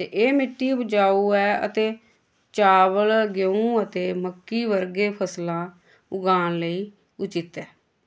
ते एह् मिट्टी उपजाऊ ऐ ते चावल गेहूं ते मक्की बरगे फसलां उगान लेई उचित ऐ